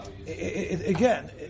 again